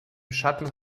schatten